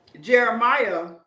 Jeremiah